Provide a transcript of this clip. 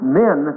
men